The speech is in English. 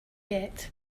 yet